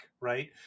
Right